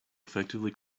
effectively